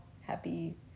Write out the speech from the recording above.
Happy